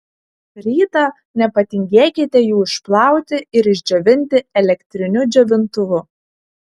rytą nepatingėkite jų išplauti ir išdžiovinti elektriniu džiovintuvu